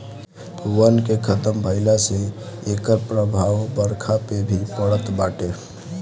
वन के खतम भइला से एकर प्रभाव बरखा पे भी पड़त बाटे